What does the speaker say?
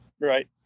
Right